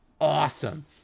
Awesome